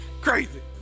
crazy